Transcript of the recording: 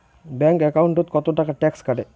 Bank একাউন্টত কতো টাকা ট্যাক্স কাটে?